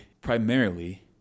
primarily